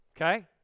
Okay